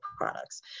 products